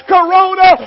Corona